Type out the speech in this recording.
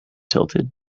tilted